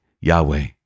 Yahweh